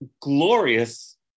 glorious